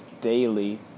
daily